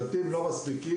שלטים לא מספיקים,